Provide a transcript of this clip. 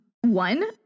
one